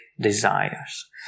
desires